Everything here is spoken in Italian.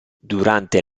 durante